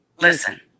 listen